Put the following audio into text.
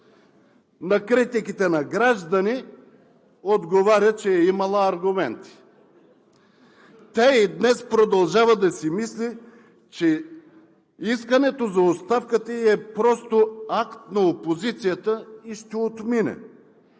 На критиките на граждани отговаря, че е имала аргументи. Тя и днес продължава да си мисли, че искането за оставката ѝ е просто акт на опозицията и ще отмине.